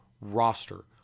roster